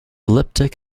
elliptic